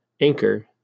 Anchor